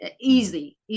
easy